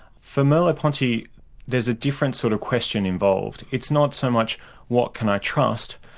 for merleau-ponty there's a different sort of question involved. it's not so much what can i trust?